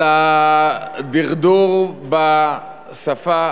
על הדרדור בשפה.